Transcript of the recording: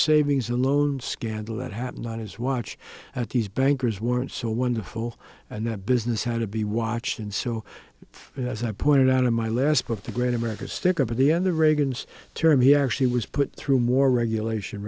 savings and loan scandal that happened on his watch at these bankers weren't so wonderful and that business had to be watched and so as i pointed out of my last book the great american sticker by the end the reagan's term he actually was put through more regulation